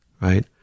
right